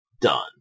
done